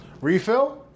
Refill